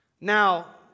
Now